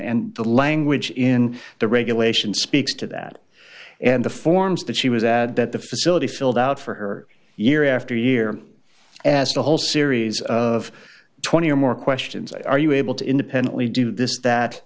and the language in the regulations speaks to that and the forms that she was that the facility filled out for her year after year as a whole series of twenty or more questions are you able to independently do this that